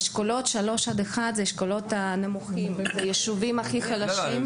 האשכולות 3-1 זה האשכולות הנמוכים וביישובים הכי חלשים יש